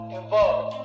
involved